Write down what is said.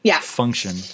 function